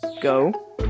Go